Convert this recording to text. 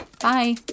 Bye